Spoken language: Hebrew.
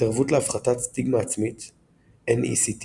התערבות להפחתת סטיגמה עצמית NECT,